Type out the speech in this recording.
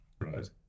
Right